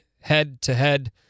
head-to-head